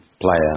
player